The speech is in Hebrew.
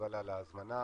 קאבלה על ההזמנה.